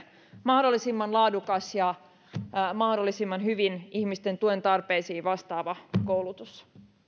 mahdollisimman laadukkaan mahdollisimman hyvin ihmisten tuen tarpeisiin vastaavan koulutuksen